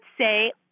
say